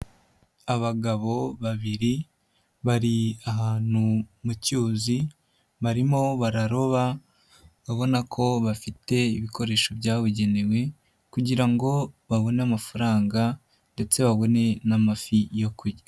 Abagabo babiri, bari ahantu mu cyuzi, barimo bararoba ubona ko bafite ibikoresho byabugenewe kugira ngo babone amafaranga ndetse babone n'amafi yo kurya.